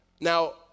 Now